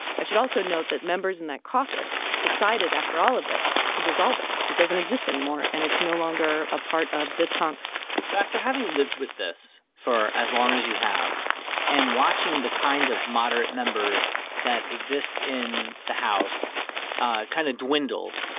i should also note that members in that caucus decided after all of this to dissolve it. it doesn't exist anymore, and it's no longer a part of this congress so after having lived with this for as long as you have and watching the kind of moderate members that exist in the house ah kind of dwindle,